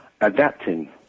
adapting